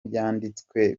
byanditswe